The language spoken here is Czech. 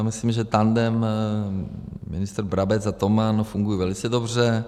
Já myslím, že tandem ministr Brabec a Toman funguje velice dobře.